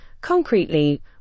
concretely